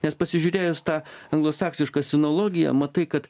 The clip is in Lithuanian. nes pasižiūrėjus tą anglosaksišką sinologiją matai kad